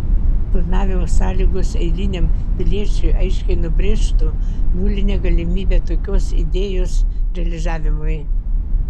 planavimo sąlygos eiliniam piliečiui aiškiai nubrėžtų nulinę galimybę tokios idėjos realizavimui